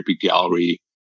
gallery